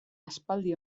aspaldi